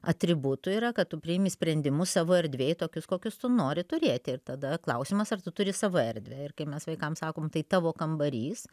atributų yra kad tu priimi sprendimus savo erdvėj tokius kokius tu nori turėti ir tada klausimas ar tu turi savo erdvę ir kai mes vaikam sakome tai tavo kambarys